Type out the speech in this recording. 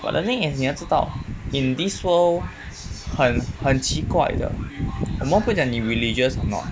but I think is 你要知道 in this world 很很奇怪的我们不会讲你 religious or not